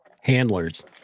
Handlers